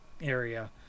area